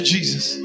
Jesus